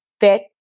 fit